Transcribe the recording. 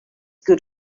good